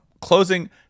Closing